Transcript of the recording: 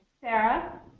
Sarah